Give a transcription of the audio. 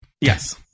Yes